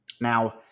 Now